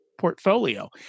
portfolio